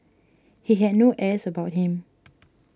he had no airs about him